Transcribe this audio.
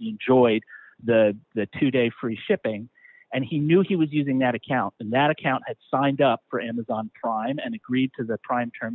enjoyed the the two day free shipping and he knew he was using that account in that account at signed up for amazon prime and agreed to the prime term